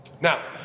Now